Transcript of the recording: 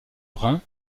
brun